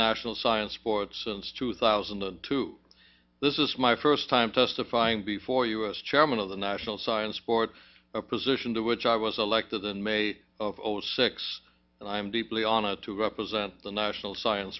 national science fourth since two thousand and two this is my first time testifying before us chairman of the national science sport a position to which i was elected in may of zero six and i am deeply honored to represent the national science